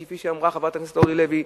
כפי שאמרה חברת הכנסת אורלי לוי.